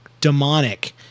demonic